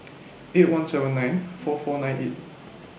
eight one seven nine four four nine eight